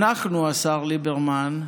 אנחנו, השר ליברמן,